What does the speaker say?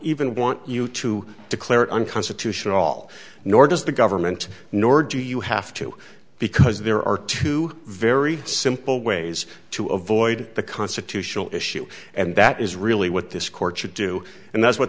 even want you to declare it unconstitutional all nor does the government nor do you have to because there are two very simple ways to avoid the constitutional issue and that is really what this court should do and that's what